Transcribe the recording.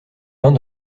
vins